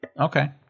Okay